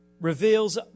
reveals